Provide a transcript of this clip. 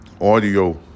audio